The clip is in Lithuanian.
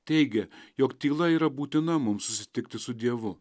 teigė jog tyla yra būtina mums susitikti su dievu